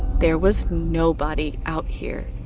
there was nobody out here.